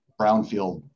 brownfield